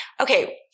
Okay